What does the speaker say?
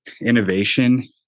innovation